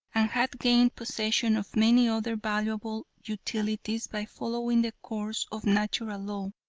and had gained possession of many other valuable utilities by following the course of natural law,